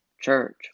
church